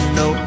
no